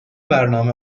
برنامه